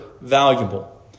valuable